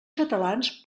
catalans